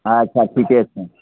अच्छा ठीके छै